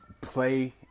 play